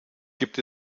gibt